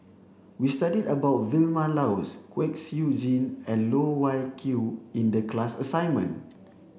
we studied about Vilma Laus Kwek Siew Jin and Loh Wai Kiew in the class assignment